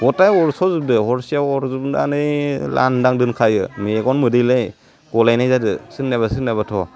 गथाय अरस' जोबदो हरसेयाव अरजोबनानै लानदां दोनखायो मेगन मोदैलाय गलायनाय जादो सोरनिबा सोरनाबाथ'